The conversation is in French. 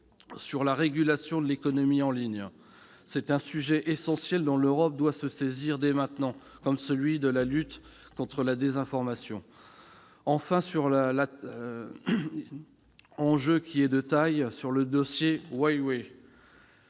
sur la régulation de l'économie en ligne. C'est un sujet essentiel dont l'Europe doit se saisir dès maintenant, comme celui de la lutte contre la désinformation. Enfin, l'enjeu est de taille sur le dossier « Huawei